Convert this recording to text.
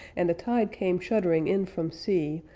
and the tide came shuddering in from sea,